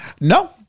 No